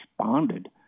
responded